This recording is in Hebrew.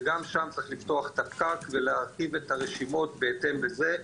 וגם שם צריך לפתוח את הפקק ולהתאים את הרשימות בהתאם לזה.